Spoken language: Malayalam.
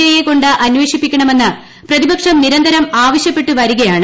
ഐയെക്കൊണ്ട് അന്വേഷിപ്പിക്കണമെന്ന് പ്രതിപക്ഷം നിരന്തരം ആവശ്യപ്പെട്ടു വരികയാണ്